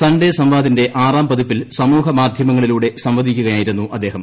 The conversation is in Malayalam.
സൺഡേ സംവാദിന്റെ ആറാം പതിപ്പിൽ സാമൂഹ മാധ്യമങ്ങളിലൂടെ സംവദിക്കുകയായിരുന്നു അദ്ദേഹം